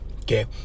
Okay